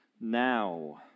now